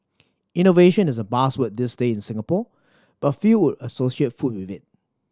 innovation is a buzzword these days in Singapore but few would associate food with it